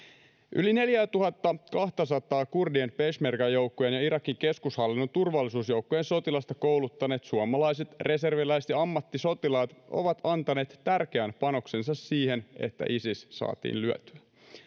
yli neljäätuhattakahtasataa kurdien peshmerga joukkojen ja irakin keskushallinnon turvallisuusjoukkojen sotilasta kouluttaneet suomalaiset reserviläiset ja ammattisotilaat ovat antaneet tärkeän panoksensa siihen että isis saatiin lyötyä